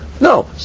No